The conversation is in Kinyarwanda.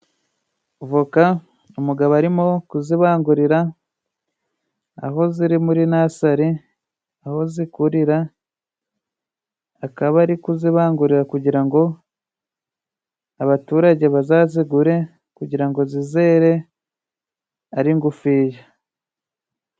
Voka umugabo arimo kuzibangurira, aho ziri muri nasare, aho zikurira, akaba ari kuzibangurira, kugira ngo abaturage bazazigure, kugira ngo zizere ari ngufi.